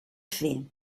fer